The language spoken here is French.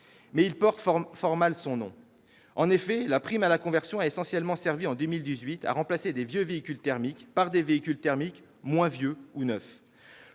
Mais il porte fort mal son nom. En effet, la prime à la conversion a essentiellement servi, en 2018, à remplacer de vieux véhicules thermiques par des véhicules thermiques moins vieux ou neufs.